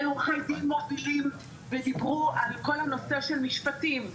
עורכי דין מובילים ודיברו על כל הנושא של משפטים.